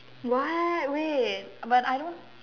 what wait but I don't